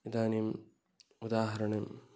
इदानीम् उदाहरणं